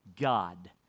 God